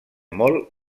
molt